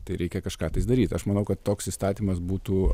tai reikia kažką daryt aš manau kad toks įstatymas būtų